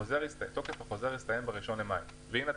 תוקף החוזר הזה הסתיים ב-1 במאי 2020. והנה,